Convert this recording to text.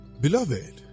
Beloved